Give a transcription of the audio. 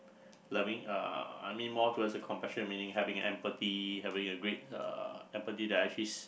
loving uh I mean more towards compassion meaning having empathy having a great uh empathy that actually